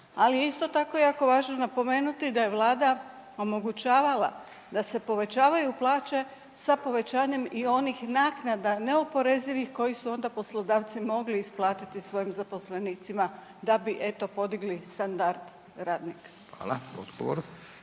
ali je isto tako jako važno napomenuti da je Vlada omogućavala da se povećavaju plaće sa povećanjem i onih naknada neoporezivih koji su onda poslodavci mogli isplatiti svojim zaposlenicima, da bi eto, podigli standard radnika. **Radin,